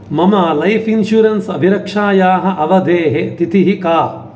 मम life insurance अभिरक्षायाः अवधेः तिथिः का